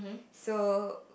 so